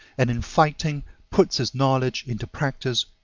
and in fighting puts his knowledge into practice,